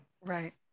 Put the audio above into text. Right